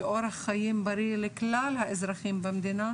כאורח חיים בריא לכלל האזרחים במדינה,